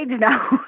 now